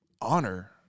honor